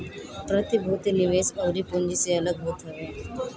प्रतिभूति निवेश अउरी पूँजी से अलग होत हवे